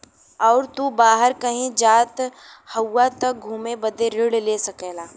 अगर तू बाहर कही जात हउआ त घुमे बदे ऋण ले सकेला